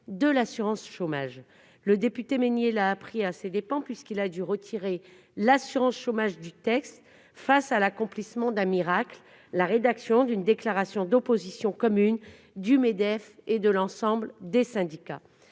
sa gestion paritaire. Le député Mesnier l'a appris à ses dépens puisqu'il a dû retirer l'assurance chômage du texte à la suite de l'accomplissement d'un miracle : la rédaction d'une déclaration d'opposition commune du Medef et de l'ensemble des syndicats